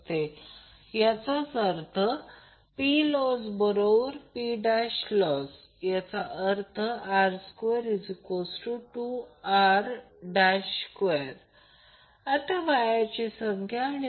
असे गृहीत धरू की सिंगल फेजसाठी कंडक्टरचे रेडिएशन R आहे म्हणून ते rho l pi r2 असेल